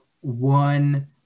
one